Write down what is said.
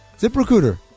ZipRecruiter